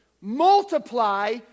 multiply